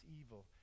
evil